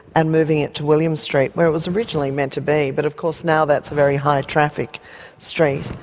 and moving it to william street, where it was originally meant to be but of course now that's a very high traffic street.